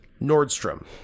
Nordstrom